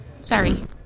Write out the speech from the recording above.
sorry